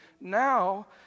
now